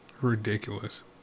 ridiculous